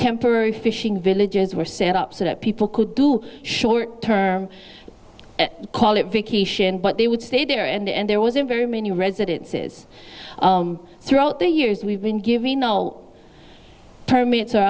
temporary fishing villages were set up so that people could do short term call it vacation but they would stay there and there was a very many residences throughout the years we've been giving all permits